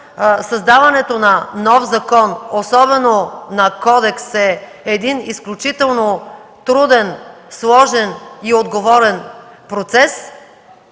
Създаването на нов закон, особено на кодекс, е изключително труден, сложен и отговорен процес.